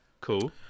Cool